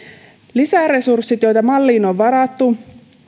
lisäresurssit joita malliin on varattu